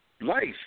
life